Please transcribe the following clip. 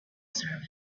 serve